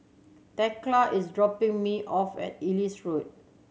Thekla is dropping me off at Ellis Road